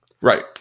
Right